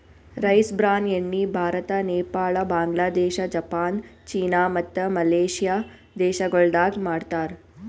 rice bran ಎಣ್ಣಿ Bharat, Nepal, Bangladesh, Japan, China ಮತ್ತ Malaysia ದೇಶಗೊಳ್ದಾಗ್ ಮಾಡ್ತಾರ್